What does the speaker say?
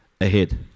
ahead